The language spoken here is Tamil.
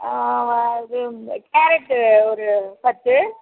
இது இந்த கேரட்டு ஒரு பத்து